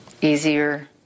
easier